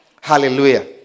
Hallelujah